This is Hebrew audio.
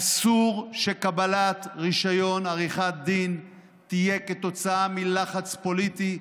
אסור שקבלת רישיון עריכת דין תהיה כתוצאה מלחץ פוליטי,